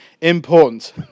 important